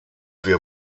wir